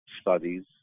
studies